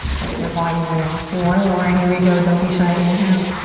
let your body move. let's do one more. here we go. don't be shy. inhale.